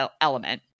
Element